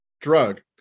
drug